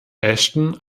ashton